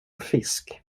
fisk